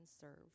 serve